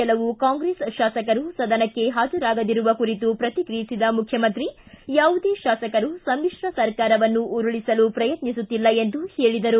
ಕೆಲವು ಕಾಂಗ್ರೆಸ್ ಶಾಸಕರು ಸದನಕ್ಕೆ ಹಾಜರಾಗದಿರುವ ಕುರಿತು ಪ್ರತಿಕ್ರಿಯಿಸಿದ ಮುಖ್ಯಮಂತ್ರಿ ಯಾವುದೇ ಶಾಸಕರು ಸಮ್ಮಿಶ್ರ ಸರ್ಕಾರವನ್ನು ಉರುಳಿಸಲು ಪ್ರಯತ್ನಿಸುತ್ತಿಲ್ಲ ಎಂದು ಹೇಳಿದರು